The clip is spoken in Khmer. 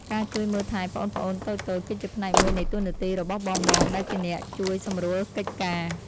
ការជួយមើលថែប្អូនៗតូចៗ គឺជាផ្នែកមួយនៃតួនាទីរបស់បងៗដែលជាអ្នកជួយសម្រួលកិច្ចការ។